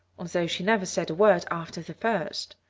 although she never said a word after the first.